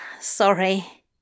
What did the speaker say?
sorry